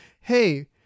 hey